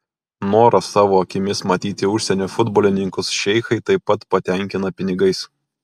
norą savo akimis matyti užsienio futbolininkus šeichai taip pat patenkina pinigais